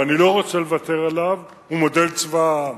ואני לא רוצה לוותר עליו, הוא מודל צבא העם.